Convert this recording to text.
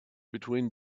between